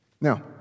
Now